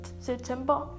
September